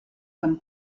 comme